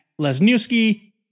Lesniewski